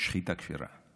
שחיטה כשרה.